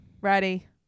ready